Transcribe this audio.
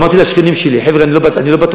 אמרתי לשכנים שלי: חבר'ה, אני לא בתוכנית.